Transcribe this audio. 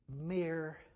mere